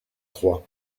trois